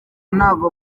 ntago